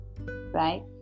right